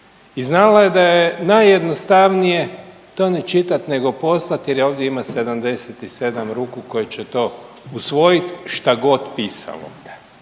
i znala je da je najjednostavnije to ni čitati nego poslati jer ovdje ima 77 ruku koje će to usvojiti šta god pisalo